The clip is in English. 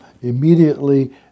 immediately